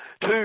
Two